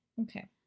Okay